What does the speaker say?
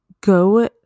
Go